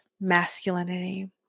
masculinity